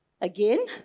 Again